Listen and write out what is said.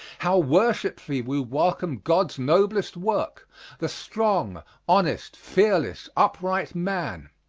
how worshipfully we welcome god's noblest work the strong, honest, fearless, upright man.